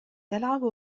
تلعب